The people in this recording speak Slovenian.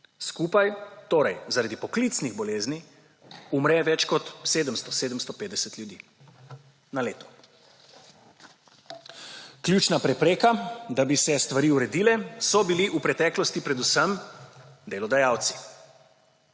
Skupaj torej zaradi poklicnih bolezni umre več kot 700, 750 ljudi na leto. Ključna prepreka, da bi se stvari uredile, so bili v preteklosti predvsem delodajalci.